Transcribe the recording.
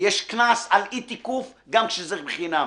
יש קנס על אי תיקוף גם כשזה בחינם.